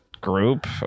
group